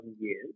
years